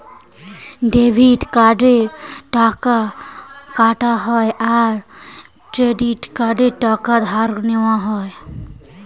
debit কার্ডে টাকা কাটা হয় আর ক্রেডিট কার্ডে টাকা ধার নেওয়া হয়